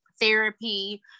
therapy